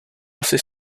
asi